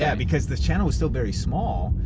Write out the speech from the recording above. yeah because the channel was still very small.